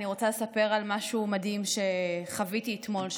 אני רוצה לספר על משהו מדהים שחוויתי אתמול,